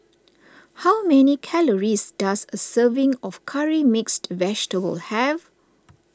how many calories does a serving of Curry Mixed Vegetable have